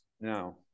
No